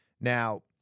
Now